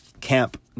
camp